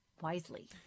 wisely